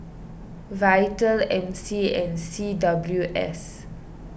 Vital M C and C W S